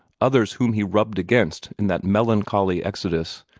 others whom he rubbed against in that melancholy exodus,